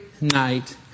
night